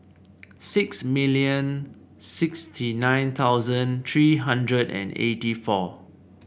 six million sixty nine thousand three hundred and eighty four